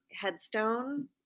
headstone